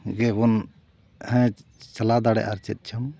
ᱜᱮᱵᱚᱱ ᱦᱮᱡ ᱪᱟᱞᱟᱣ ᱫᱟᱲᱮᱭᱟᱜᱼᱟ ᱪᱮᱫᱪᱚᱝ